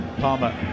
Palmer